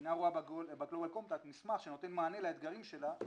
שאינה רואה בגלובל קומפקט מסמך שנותן מענה לאתגרים שלה,